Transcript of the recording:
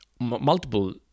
multiple